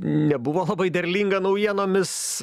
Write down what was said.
nebuvo labai derlinga naujienomis